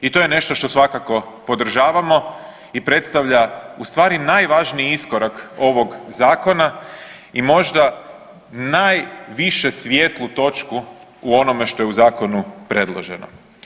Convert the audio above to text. I to je nešto što svakako podržavamo i predstavlja u stvari najvažniji iskorak ovog zakona i možda najviše svijetlu točku u onome što je u zakonu predloženo.